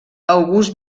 august